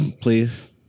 please